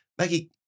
Maggie